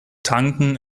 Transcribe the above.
tanken